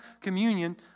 communion